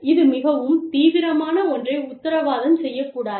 இது மிகவும் தீவிரமான ஒன்றை உத்தரவாதம் செய்யக்கூடாது